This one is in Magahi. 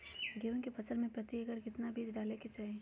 गेहूं के फसल में प्रति एकड़ कितना बीज डाले के चाहि?